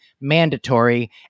mandatory